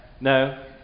No